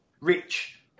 rich